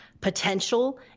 potential